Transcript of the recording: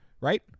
right